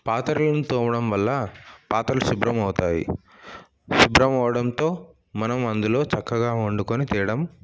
పాత్రలను తోమడం వల్ల పాత్రలు శుభ్రం అవుతాయి శుభ్రం అవడంలో మనం అందులో చక్కగా వండుకొని తినడం